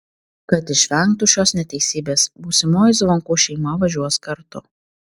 kad išvengtų šios neteisybės būsimoji zvonkų šeima važiuos kartu